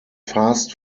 fast